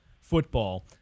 football